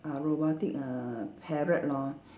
uh robotic err parrot lor